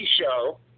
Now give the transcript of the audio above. show